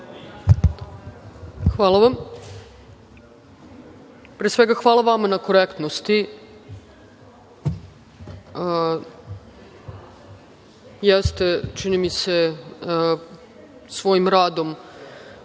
Hvala vam. Pre svega hvala vama na korektnosti, jer ste, čini mi se, svojim radom